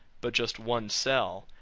but just one cell,